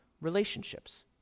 relationships